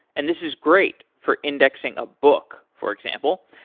and this is great for indexing a book, for example,